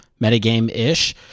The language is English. metagame-ish